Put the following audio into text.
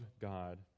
God